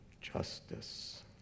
justice